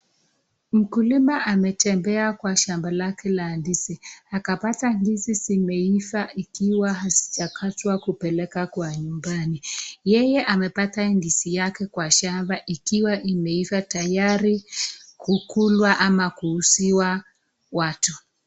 Mkulima ametembea kwa shamba lake la ndizi akapata ndizi zimeifaa ikiwa haijakatwa kwa kupeleka kwa nyumbani yeye amepata ndizi yake kwa shamba ikiwa imeifaa tayari kukulwa ama kuuziwa watu.